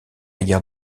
guerre